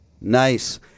Nice